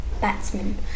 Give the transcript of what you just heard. batsman